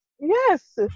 Yes